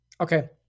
Okay